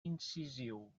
incisiu